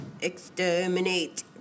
exterminate